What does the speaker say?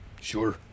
Sure